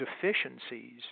deficiencies